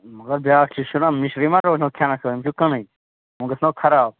مگر بیٛاکھ چیٖز چھُنا مِشری ما روزنو کھنٮ۪س خٲطرٕ یِم چھِو کٕنٕنۍ وۅں گژھنو خراب